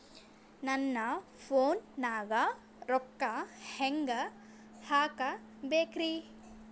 ನನ್ನ ಫೋನ್ ನಾಗ ರೊಕ್ಕ ಹೆಂಗ ಹಾಕ ಬೇಕ್ರಿ?